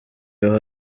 your